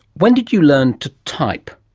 when did you learn to type?